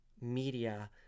media